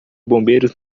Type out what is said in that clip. bombeiros